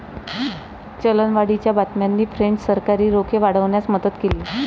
चलनवाढीच्या बातम्यांनी फ्रेंच सरकारी रोखे वाढवण्यास मदत केली